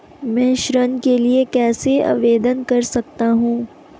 मैं ऋण के लिए कैसे आवेदन कर सकता हूं?